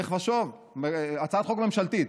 לך ושוב: הצעת חוק ממשלתית,